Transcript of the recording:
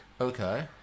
Okay